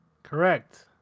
Correct